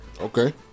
Okay